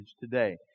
today